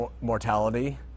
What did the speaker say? mortality